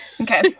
Okay